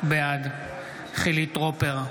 בעד חילי טרופר,